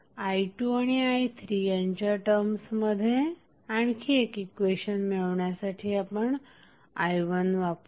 i2आणि i3यांच्या टर्म्समध्ये आणखी एक इक्वेशन मिळवण्यासाठी आपण i1वापरू